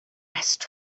rest